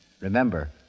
Remember